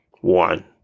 One